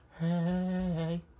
Hey